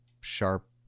sharp